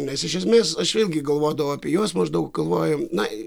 mes iš esmės aš vėlgi galvodavau apie juos maždaug galvoju na